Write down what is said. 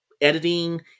editing